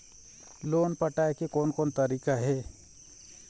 Loan पटाए के कोन कोन तरीका हे?